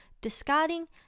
discarding